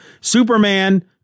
Superman